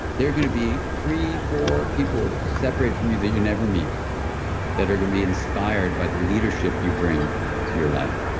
there are going to be three, four people separated from you that you never meet that are going to be inspired by the leadership you bring to your life